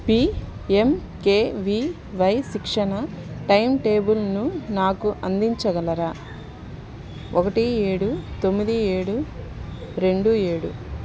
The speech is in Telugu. P M K V Y శిక్షణ టైంటేబుల్ను నాకు అందించగలరా ఒకటి ఏడు తొమ్మిది ఏడు రెండు ఏడు